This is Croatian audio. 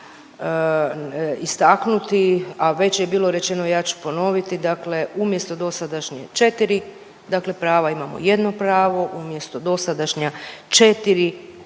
istaknuti, a već je bilo rečeno, ja ću ponoviti, dakle umjesto dosadašnje četiri, dakle prava imamo jedno pravo umjesto dosadašnja četiri